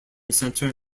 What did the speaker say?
center